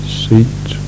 seat